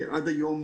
עד היום,